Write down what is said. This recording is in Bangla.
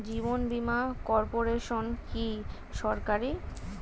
জীবন বীমা কর্পোরেশন কি সরকারি?